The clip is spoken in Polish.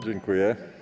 Dziękuję.